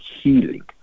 healing